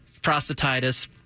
prostatitis